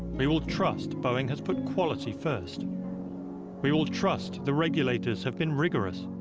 we will trust boeing has put quality first we will trust the regulators have been rigorous